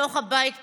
בתוך הבית פנימה: